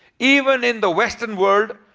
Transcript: even in the western world,